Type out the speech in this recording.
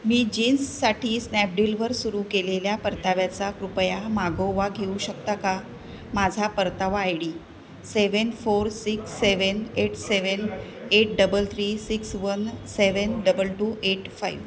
मी जीन्ससाठी स्नॅपडीलवर सुरू केलेल्या परताव्याचा कृपया मागोवा घेऊ शकता का माझा परतावा I D seven four six seven eight seven eight double three six one seven double two eight five